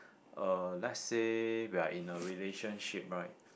uh let's say we are in a relationship right